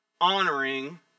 honoring